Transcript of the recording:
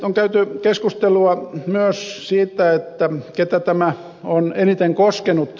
on käyty keskustelua myös siitä keitä tämä on eniten koskenut